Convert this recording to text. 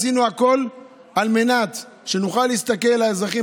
עשינו הכול על מנת שנוכל להסתכל לאזרחים